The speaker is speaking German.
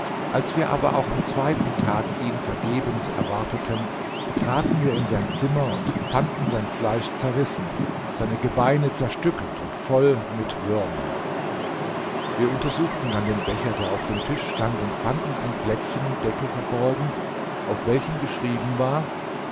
als wir aber auch am zweiten tag ihn vergebens erwartete traten wir in sein zimmer und fanden sein fleisch zerrissen seine gebeine zerstückelt und voll mit würmern wir untersuchten dann den becher der auf dem tisch stand und fanden ein blättchen im deckel verborgen auf welchem geschrieben war